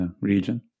region